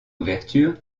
ouverture